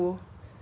需要